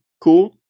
cool